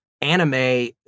anime